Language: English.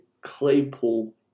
Claypool